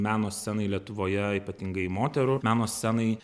meno scenai lietuvoje ypatingai moterų meno scenai